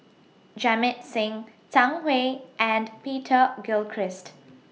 Jamit Singh Zhang Hui and Peter Gilchrist